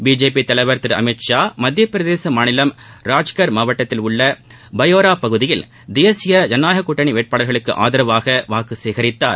BJP தலைவர் திரு அமித்ஷா மத்தியப்பிரதேச மாநிலம் ராஜ்கர் மாவட்டத்தில் உள்ள பயோரா தொகுதியில் தேசிய ஜனநாயகக் கூட்டணி வேட்பாளர்களுக்கு ஆதரவாக வாக்கு சேகரித்தார்